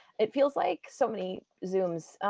it feels like so many zooms,